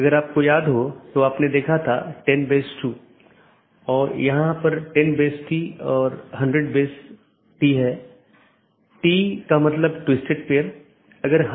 अंत में ऐसा करने के लिए आप देखते हैं कि यह केवल बाहरी नहीं है तो यह एक बार जब यह प्रवेश करता है तो यह नेटवर्क के साथ घूमता है और कुछ अन्य राउटरों पर जाता है